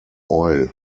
oil